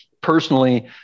personally